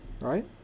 right